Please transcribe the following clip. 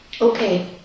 Okay